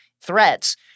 threats—